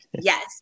yes